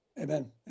Amen